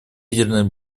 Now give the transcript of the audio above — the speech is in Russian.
ядерной